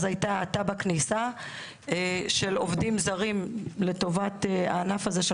הייתה האטה בכניסת עובדים זרים לטובת הענף הזה.